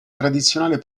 tradizionale